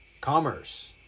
Commerce